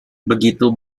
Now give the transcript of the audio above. begitu